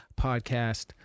podcast